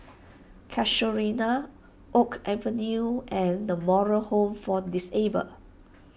Casuarina Oak Avenue and the Moral Home for Disabled